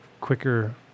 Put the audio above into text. quicker